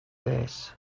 this